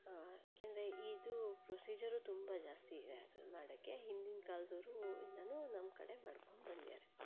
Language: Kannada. ಏಕೆಂದರೆ ಇದು ಪ್ರೊಸೀಜರೂ ತುಂಬ ಜಾಸ್ತಿ ಇದೆ ಅದನ್ನ ಮಾಡೋಕ್ಕೆ ಹಿಂದಿನ ಕಾಲದೋರು ಇದನ್ನು ನಮ್ಮ ಕಡೆ ಮಾಡ್ಕೊಂಡು ಬಂದ್ಯಾರೆ